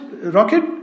rocket